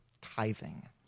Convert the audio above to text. tithing